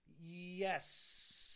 Yes